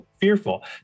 fearful